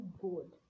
good